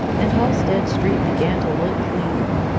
and halstead street began to look cleaner,